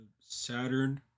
Saturn